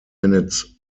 minutes